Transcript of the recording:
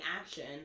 action